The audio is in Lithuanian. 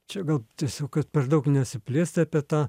čia gal tiesiog kad per daug nesiplėst tai apie tą